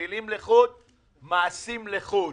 מילים לחוד ומעשים לחוד.